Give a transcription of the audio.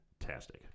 fantastic